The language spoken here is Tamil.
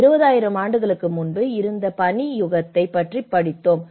20000 ஆண்டுகளுக்கு முன்பு இருந்த பனி யுகத்தைப் பற்றி படித்தோம்